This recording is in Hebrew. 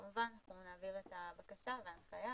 כמובן אנחנו נעביר את הבקשה וההנחיה